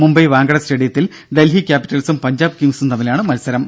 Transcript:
മുംബൈ വാങ്കഡെ സ്റ്റേഡിയത്തിൽ ഡൽഹി ക്യാപ്പിറ്റൽസും പഞ്ചാബ് കിംഗ്സും തമ്മിലാണ് മത്സരം